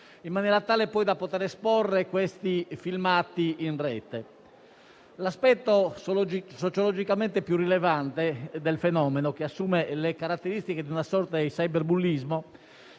un cornicione - per poi esporre i filmati in Rete. L'aspetto sociologicamente più rilevante del fenomeno, che assume le caratteristiche di una sorta di cyberbullismo